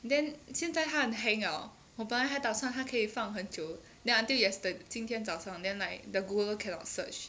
then 现在他很 hang 了我本来还打算可以放很久 then until yester~ 今天早上 then like the Google cannot search